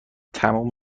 تموم